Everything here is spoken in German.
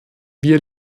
wir